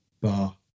bar